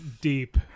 Deep